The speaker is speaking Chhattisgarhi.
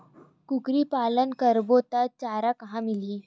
कुकरी पालन करबो त चारा कहां मिलही?